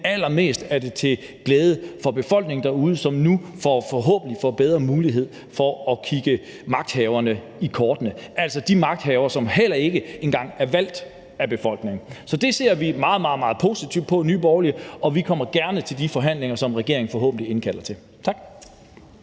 men allermest er det til glæde for befolkningen derude, som nu forhåbentlig får bedre mulighed for at kigge magthaverne i kortene, altså de magthavere, som ikke engang er valgt af befolkningen. Så det ser vi meget, meget positivt på i Nye Borgerlige, og vi kommer gerne til de forhandlinger, som regeringen forhåbentlig indkalder til. Tak.